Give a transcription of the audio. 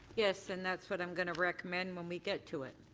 yes, and that's what i'm going to recommend when we get to it.